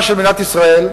שלי אליכם,